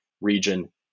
region